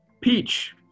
Peach